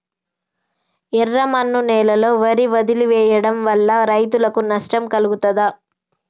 ఎర్రమన్ను నేలలో వరి వదిలివేయడం వల్ల రైతులకు నష్టం కలుగుతదా?